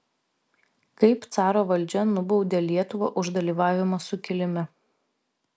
kaip caro valdžia nubaudė lietuvą už dalyvavimą sukilime